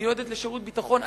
מיועדת לשירות ביטחון,